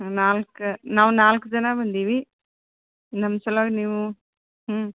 ಹ್ಞೂ ನಾಲ್ಕು ನಾವು ನಾಲ್ಕು ಜನ ಬಂದೀವಿ ನಮ್ಮ ಸಲ್ವಾಗಿ ನೀವು ಹ್ಞೂ